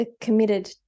committed